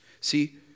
See